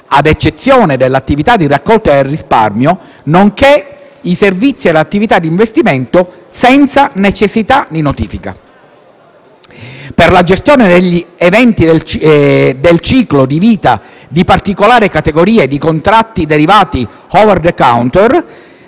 ad eccezione dell'attività di raccolta del risparmio, nonché i servizi e le attività d'investimento senza necessità di notifica; uno per la gestione degli eventi del ciclo di vita di particolari categorie di contratti derivati *over the counter*